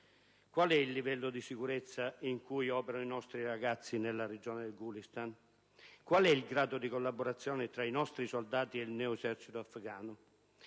Qual è il livello di sicurezza in cui operano i nostri ragazzi nella regione del Gulistan? Qual è il grado di collaborazione tra i nostri soldati e il neo esercito afgano?